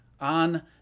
on